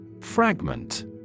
Fragment